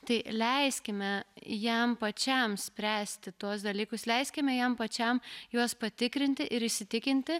tai leiskime jam pačiam spręsti tuos dalykus leiskime jam pačiam juos patikrinti ir įsitikinti